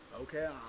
Okay